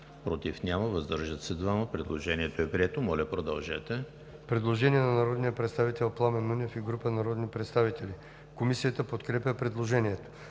против няма, въздържали се 2. Предложението е прието. ДОКЛАДЧИК ПЛАМЕН НУНЕВ: Предложение на народния представител Пламен Нунев и група народни представители. Комисията подкрепя предложението.